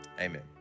amen